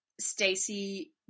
Stacy